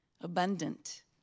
abundant